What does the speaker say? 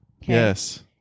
yes